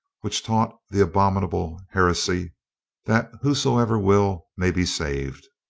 which taught the abominable heresy that who soever will, may be saved.